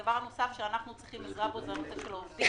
דבר נוסף שאנחנו צריכים בו הוא עזרה זה נושא העובדים.